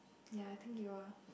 ya I think you are